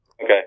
Okay